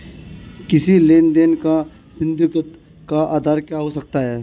किसी लेन देन का संदिग्ध का आधार क्या हो सकता है?